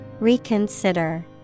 Reconsider